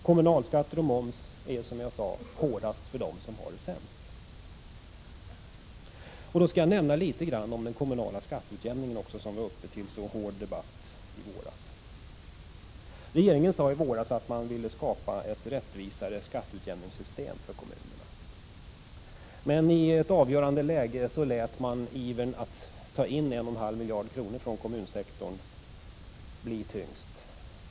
Kommunalskatter och moms är, som jag sade, hårdast för dem som har det sämst ställt. Därmed skall jag också säga några ord om den kommunala skatteutjämningen, som var uppe till en så hård debatt i våras. Då sade regeringen att man ville skapa ett rättvisare skatteutjämningssystem för kommunerna. Men i ett avgörande läge lät man indragningen av 1,5 miljarder från kommunerna bli tyngst.